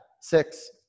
six